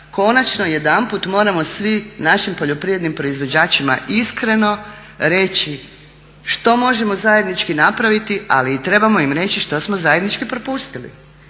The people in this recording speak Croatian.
konačno jedanput moramo svi našim poljoprivrednim proizvođačima iskreno reći što možemo zajednički napraviti ali trebamo im reći i što smo zajednički propustili.